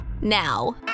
now